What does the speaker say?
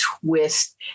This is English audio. twist